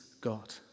God